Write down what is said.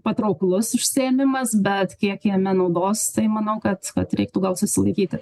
patrauklus užsiėmimas bet kiek jame naudos tai manau kad kad reiktų gal susilaikyti